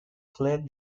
fled